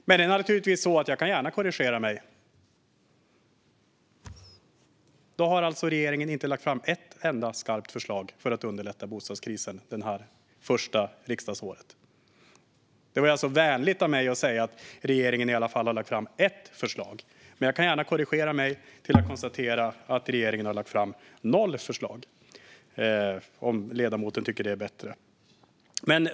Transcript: Men jag kan naturligtvis gärna korrigera mig själv: Regeringen har inte lagt fram ett enda skarpt förslag för att underlätta bostadskrisen under mandatperiodens första år. Det var alltså vänligt av mig att säga att regeringen har lagt fram ett förslag, men jag kan korrigera mig och säga att regeringen har lagt fram noll förslag, om ledamoten tycker att det är bättre.